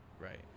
Right